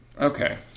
Okay